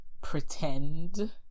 pretend